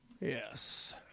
yes